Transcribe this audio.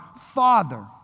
father